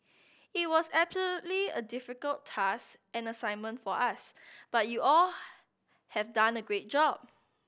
it was absolutely a difficult task and assignment for us but you all have done a great job